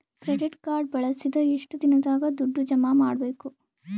Credit card ಬಳಸಿದ ಎಷ್ಟು ದಿನದಾಗ ದುಡ್ಡು ಜಮಾ ಮಾಡ್ಬೇಕು?